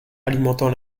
alimentant